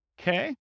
Okay